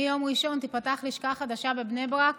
ביום ראשון תיפתח לשכה חדשה בבני ברק